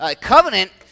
Covenant